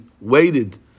waited